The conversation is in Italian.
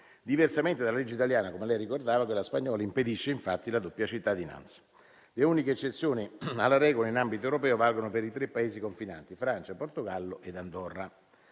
Diversamente dalla legge italiana - come lei ricordava - quella spagnola impedisce la doppia cittadinanza. Le uniche eccezioni alla regola in ambito europeo valgono per i tre Paesi confinanti, Francia e Portogallo ed Andorra.